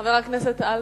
חבר הכנסת אלקין.